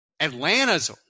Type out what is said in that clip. Atlanta's